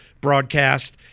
broadcast